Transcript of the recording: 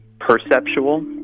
perceptual